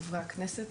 חברי הכנסת,